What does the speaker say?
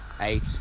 eight